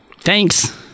Thanks